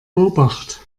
obacht